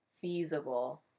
feasible